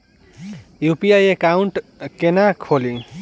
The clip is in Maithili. यु.पी.आई एकाउंट केना खोलि?